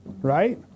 right